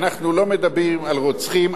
אנחנו לא מדברים על רוצחים,